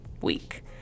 Week